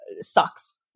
sucks